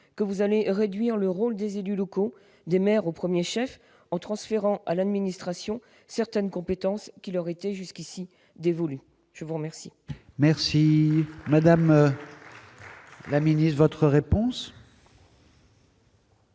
que vous allez réduire le rôle des élus locaux, des maires au premier chef, en transférant à l'administration certaines compétences qui leur étaient jusqu'ici dévolues ? La parole est à Mme la ministre. Madame